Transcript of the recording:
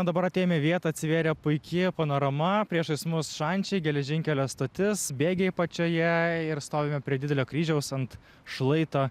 dabar atėjom į vietą atsivėrė puiki panorama priešais mus šančiai geležinkelio stotis bėgiai apačioje ir stovime prie didelio kryžiaus ant šlaito